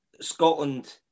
Scotland